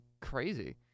crazy